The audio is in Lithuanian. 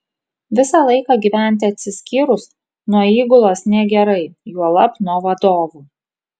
visą laiką gyventi atsiskyrus nuo įgulos negerai juolab nuo vadovų